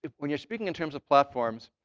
when you're speaking in terms of platforms,